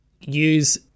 use